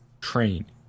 train